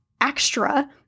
extra